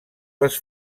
les